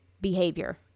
behavior